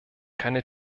keine